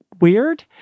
weird